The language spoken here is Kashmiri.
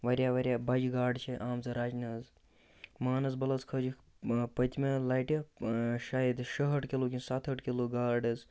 واریاہ واریاہ بَجہِ گاڈٕ چھےٚ آمژٕ رَچنہٕ حظ مانَسبَل حَظ کھٲجِکھ پٔتۍمہِ لَٹہِ شاید شُہٲٹھ کِلوٗ کِنہٕ سَتھ ہٲٹھ کِلوٗ گاڈ حظ